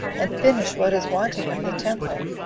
and finish what is wanting of the temple.